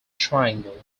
triangle